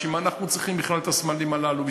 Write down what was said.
בשביל מה אנחנו צריכים בכלל את הסמלים הללו?